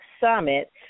Summit